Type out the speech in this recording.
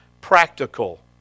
practical